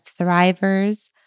thrivers